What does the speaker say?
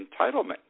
entitlement